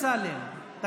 אני רוצה, עזוב דמגוגיה.